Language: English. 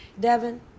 Devin